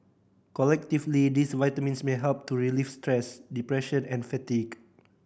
collectively these vitamins may help to relieve stress depression and fatigue